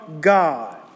God